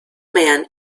man